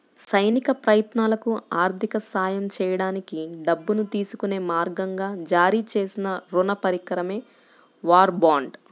సైనిక ప్రయత్నాలకు ఆర్థిక సహాయం చేయడానికి డబ్బును తీసుకునే మార్గంగా జారీ చేసిన రుణ పరికరమే వార్ బాండ్